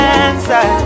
answer